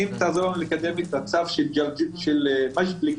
אם תוכל לעזור לנו לקדם את הצו של ג'דיידה-מכר,